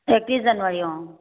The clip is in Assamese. একত্ৰিছ জানুৱাৰী অঁ